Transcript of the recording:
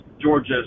Georgia